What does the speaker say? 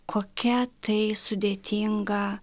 kokia tai sudėtinga